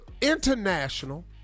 international